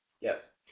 Yes